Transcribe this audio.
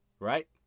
Right